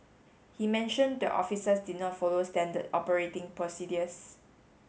he mentioned the officers did not follow standard operating procedures